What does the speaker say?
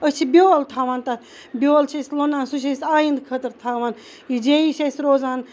أسۍ چھِ بیول تھاوان تتھ بیول چھِ أسۍ لوٚنان سُہ چھِ أسۍ آیَنٛد خٲطرٕ تھاوان یہِ جے وی چھِ اَسہِ روزان